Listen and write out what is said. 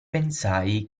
pensai